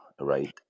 right